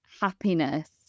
happiness